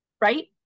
right